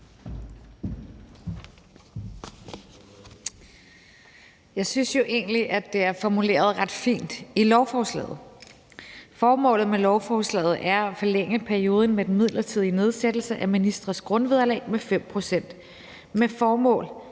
Jeg synes jo egentlig, det er formuleret ret fint i lovforslaget. Formålet med lovforslaget er at forlænge perioden med den midlertidige nedsættelse af ministres grundvederlag med 5 pct. med det formål